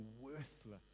worthless